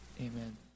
amen